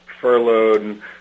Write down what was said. furloughed